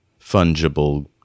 fungible